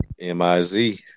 M-I-Z